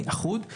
אחוד.